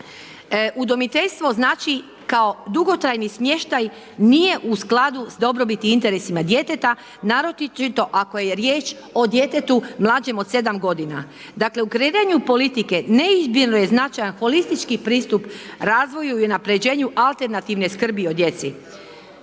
Udomiteljstvo, znači, kao dugotrajni smještaj nije u skladu s dobrobiti i interesima djeteta, naročito ako je riječ o djetetu mlađem od 7 godina. Dakle, u kreiranju politike, neizmjerno je značajan holistički pristup razvoju i unapređenju alternativne skrbi o djeci.